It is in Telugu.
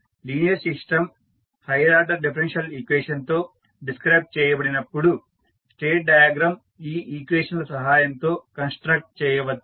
linear system higher order differential equation తో డిస్క్రైబ్ చేయబడినప్పుడు స్టేట్ డయాగ్రమ్ ఈ ఈక్వేషన్ ల సహాయంతో కన్స్ట్రక్ట్ చేయవచ్చు